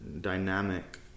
dynamic